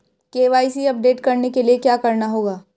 KYC update करने के लिए क्या करना होगा?